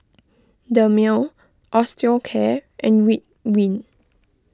Dermale Osteocare and Ridwind